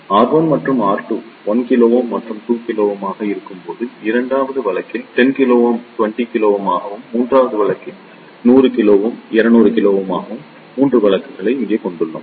எனவே R1 மற்றும் R2 1 k மற்றும் 2 k ஆக இருக்கும்போது இரண்டாவது வழக்கில் 10 k மற்றும் 20 k ஆகவும் மூன்றாவது வழக்கில் அவை 100 k மற்றும் 200 k ஆகவும் இருக்கும் 3 வழக்குகளை இங்கே எடுத்துக்கொள்வோம்